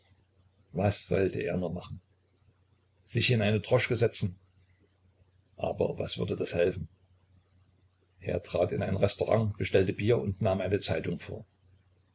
was sollte er nun machen sich in eine droschke setzen aber was würde das helfen er trat in ein restaurant bestellte bier und nahm eine zeitung vor